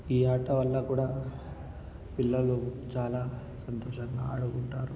ఈ ఆట వల్ల కూడా పిల్లలు చాలా సంతోషంగా ఆడుకుంటారు